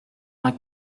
vingt